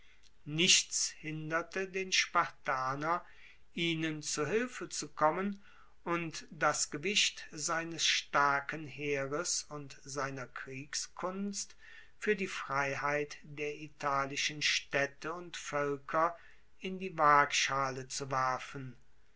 nichts hinderte den spartaner ihnen zu hilfe zu kommen und das gewicht seines starken heeres und seiner kriegskunst fuer die freiheit der italischen staedte und voelker in die waagschale zu werfen